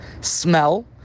smell